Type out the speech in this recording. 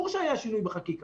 בהחלט.